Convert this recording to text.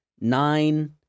nine